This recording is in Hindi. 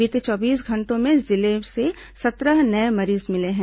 बीते चौबीस घंटों में जिले से सत्रह नये मरीज मिले हैं